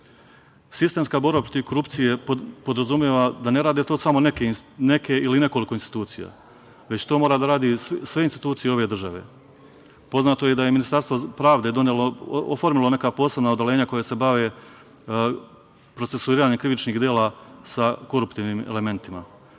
Srbije. Sistemska borba protiv korupcije podrazumeva da ne rade to samo neke ili nekoliko institucija, već to da rade sve institucije ove države. Poznato je da je Ministarstvo pravde oformilo neka posebna odeljenja koja se bave procesuiranjem krivičnih dela sa koruptivnim elementima.